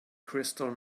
crystal